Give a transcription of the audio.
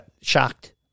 shocked